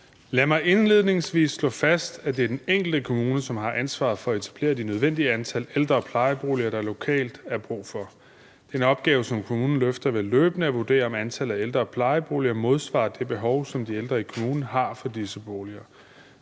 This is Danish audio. Lad mig indledningsvis slå fast, at det er den enkelte kommune, som har ansvaret for at etablere det nødvendige antal ældre- og plejeboliger, der lokalt er brug for. Det er en opgave, som kommunen løfter ved løbende at vurdere, om antallet af ældre- og plejeboliger modsvarer det behov, som de ældre i kommunen har for disse boliger.